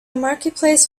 marketplace